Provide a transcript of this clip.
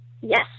Yes